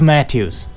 Matthews